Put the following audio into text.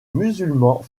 musulmans